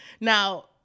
Now